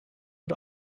und